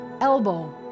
Elbow